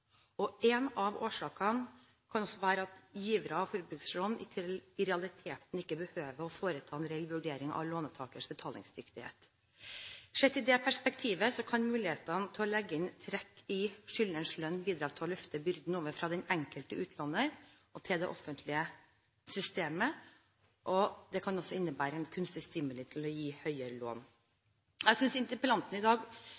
En av årsakene kan også være at givere av forbrukslån i realiteten ikke behøver å foreta en reell vurdering av låntakers betalingsdyktighet. Sett i det perspektivet kan mulighetene til å legge inn trekk i skyldnerens lønn bidra til å løfte byrden over fra den enkelte utlåner til det offentlige systemet, og det kan også innebære et kunstig stimuli til å gi høyere lån. Jeg synes interpellanten i dag